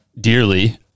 dearly